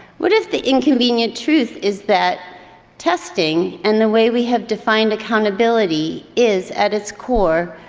what if the inconvenient truth is that testing and the way we have defined accountability is, at its core,